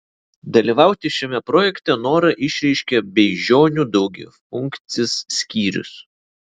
dalyvauti šiame projekte norą išreiškė beižionių daugiafunkcis skyrius